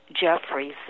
Jeffrey